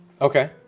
Okay